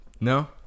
No